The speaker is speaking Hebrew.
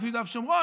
יהודה ושומרון.